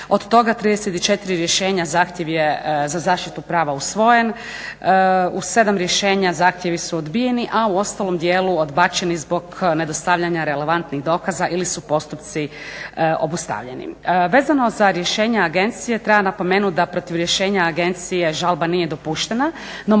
Od toga 34 rješenja zahtjev je za zaštitu prava usvojen. U 7 rješenja zahtjevi su odbijeni, a u ostalom dijelu odbačeni zbog nedostavljanja relevantnih dokaza ili su postupci obustavljeni. Vezano za rješenja agencije treba napomenuti da protiv rješenja Agencije žalba nije dopuštena,